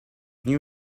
new